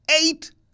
Eight